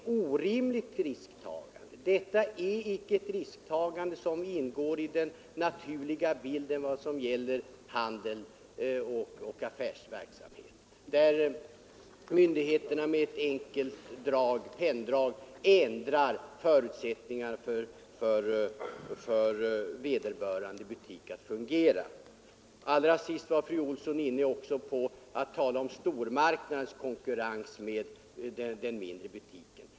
När myndigheterna med ett enkelt penndrag ändrar förutsättningar för vederbörande butik att fungera, då är det ett orimligt risktagande som icke ingår som en naturlig del i affärsverksamheten. Allra sist talade fru Olsson om stormarknadernas konkurrens med den mindre butiken.